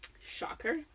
Shocker